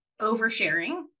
oversharing